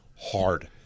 hard